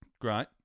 Great